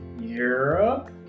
Europe